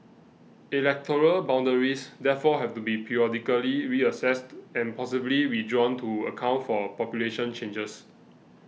electoral boundaries therefore have to be periodically reassessed and possibly redrawn to account for population changes